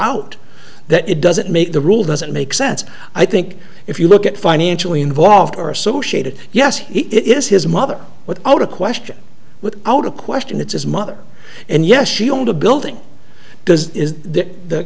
out that it doesn't make the rule doesn't make sense i think if you look at financially involved or associated yes it is his mother without a question without a question that his mother and yes she owned a building